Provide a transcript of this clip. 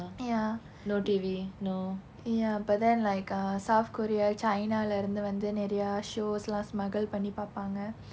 ya ya but then like uh south korea china இல்ல இருந்து நிறைய:illa irunthu niraya shows எல்லாம்:ellaam smuggle பண்ணி பார்ப்பாங்க:panni paarppaanga